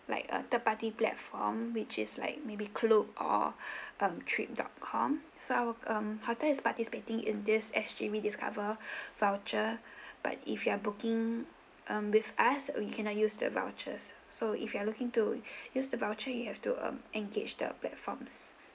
like a third party platform which is like maybe Klook or um trip dot com so I will um hotel is participating in this S_G rediscover voucher but if you are booking um with us we cannot use the vouchers so if you are looking to use the voucher you have to um engage the platforms